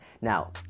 Now